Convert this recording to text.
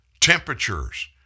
temperatures